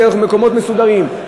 דרך מקומות מסודרים.